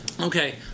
Okay